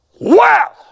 Wow